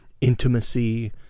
intimacy